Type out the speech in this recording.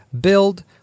BUILD